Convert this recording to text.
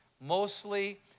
mostly